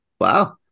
Wow